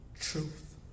truth